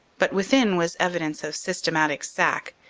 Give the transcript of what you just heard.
but within was evidence of systematic sack,